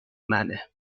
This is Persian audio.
منه